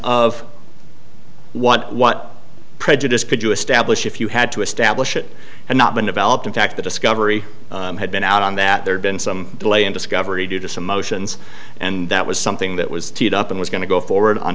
of what what prejudice could you establish if you had to establish it had not been developed in fact the discovery had been out on that there'd been some delay in discovery due to some motions and that was something that was teed up and was going to go forward on